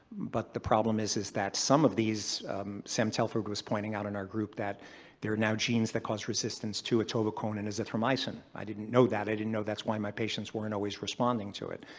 but the problem is is that some of these sam telford was pointing out in our group that there are now genes that cause resistance to atovaquone and azithromycin. i didn't know that. i didn't know that's why my patients weren't always responding to it.